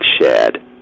shared